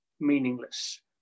meaningless